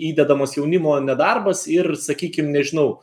įdedamas jaunimo nedarbas ir sakykim nežinau